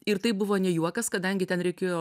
ir tai buvo ne juokas kadangi ten reikėjo